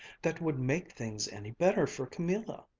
that would make things any better for camilla?